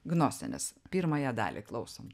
gnosenės pirmąją dalį klausom